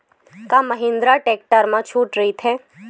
का महिंद्रा टेक्टर मा छुट राइथे?